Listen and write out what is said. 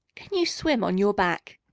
can you swim on your back?